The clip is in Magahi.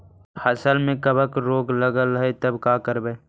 फसल में कबक रोग लगल है तब का करबै